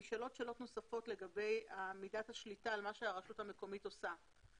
נשאלות שאלות נוספות לגבי מידת השליטה על מה שהרשות המקומית עושה.